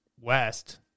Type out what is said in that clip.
west